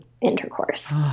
intercourse